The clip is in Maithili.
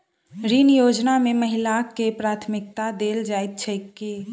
ऋण योजना मे महिलाकेँ प्राथमिकता देल जाइत छैक की?